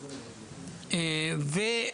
ההשגחה,